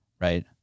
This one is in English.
right